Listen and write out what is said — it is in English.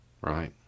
Right